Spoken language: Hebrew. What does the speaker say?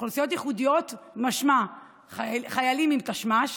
"אוכלוסיות ייחודיות" משמע חיילים עם תשמ"ש,